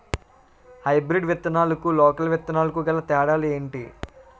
Hybrid విత్తనాలకు local విత్తనాలకు గల తేడాలు ఏంటి?